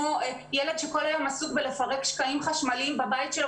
ילד שכל היום עסוק בלפרק שקעים חשמליים בבית שלו